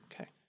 Okay